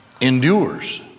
endures